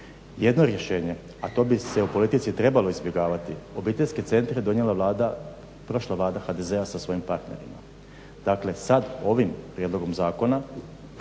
Jedno rješenje, a to bi se u politici trebalo izbjegavati, obiteljske centre donijela prošla vlada HDZ-a sa svojim partnerima. Dakle sada ovim prijedlogom zakona